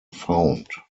found